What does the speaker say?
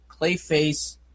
Clayface